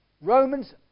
Romans